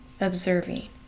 observing